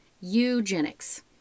Eugenics